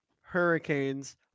hurricanes